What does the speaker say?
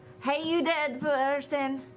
hey, you dead person,